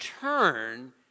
turn